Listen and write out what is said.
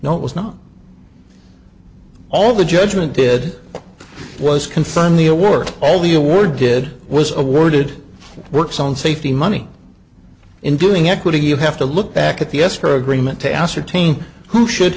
no it was not all the judgment did was confirm the a work all the awards did was awarded works on safety money including equity you have to look back at the escrow agreement to ascertain who should